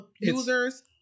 users